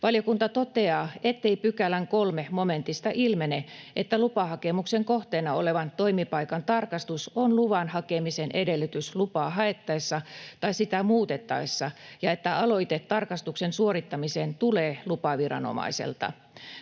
Valiokunta toteaa, ettei pykälän 3 momentista ilmene, että lupahakemuksen kohteena olevan toimipaikan tarkastus on luvan hakemisen edellytys lupaa haettaessa tai sitä muutettaessa ja että aloite tarkastuksen suorittamiseen tulee lupaviranomaiselta.